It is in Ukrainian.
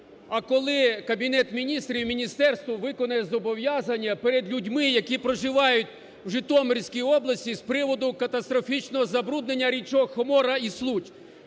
а коли Кабінет Міністрів і Міністерство виконає зобов'язання перед людьми, які проживають в Житомирській області з приводу катастрофічного забруднення річок Хомора і Случ?